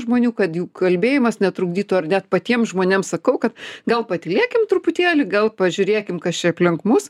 žmonių kad jų kalbėjimas netrukdytų ar net patiems žmonėms sakau kad gal patylėkim truputėlį gal pažiūrėkim kas čia aplink mus